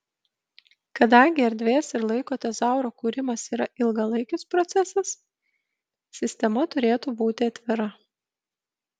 kadangi erdvės ir laiko tezauro kūrimas yra ilgalaikis procesas sistema turėtų būti atvira